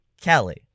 Kelly